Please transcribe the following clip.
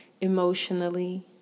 emotionally